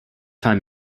time